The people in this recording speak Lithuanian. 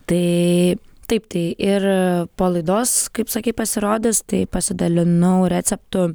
tai taip tai ir po laidos kaip sakei pasirodys tai pasidalinu receptu